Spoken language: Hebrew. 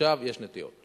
ועכשיו יש נטיעות.